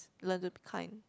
learn to be kind